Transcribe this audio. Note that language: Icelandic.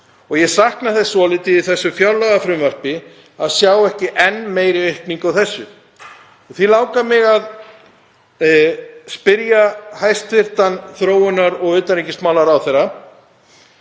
og ég sakna þess svolítið í þessu fjárlagafrumvarpi að sjá ekki enn meiri aukningu á þessu. Því langar mig að spyrja hæstv. þróunar- og utanríkismálaráðherra,